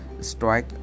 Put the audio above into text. strike